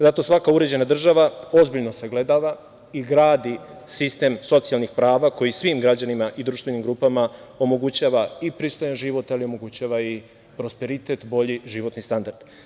Zato svaka uređena država ozbiljno sagledava i gradi sistem socijalnih prava koji svim građanima i društvenim grupama omogućava i pristojan život, ali i prosperitet i bolji životni standard.